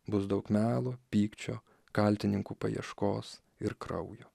bus daug melo pykčio kaltininkų paieškos ir kraujo